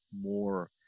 more